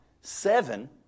seven